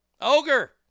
Ogre